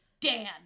Dan